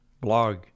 blog